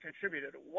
contributed